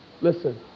Listen